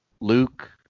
Luke